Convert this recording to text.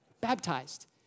Baptized